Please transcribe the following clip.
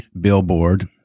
billboard